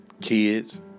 kids